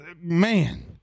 man